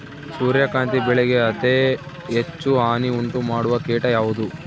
ಸೂರ್ಯಕಾಂತಿ ಬೆಳೆಗೆ ಅತೇ ಹೆಚ್ಚು ಹಾನಿ ಉಂಟು ಮಾಡುವ ಕೇಟ ಯಾವುದು?